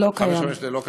לא קיים.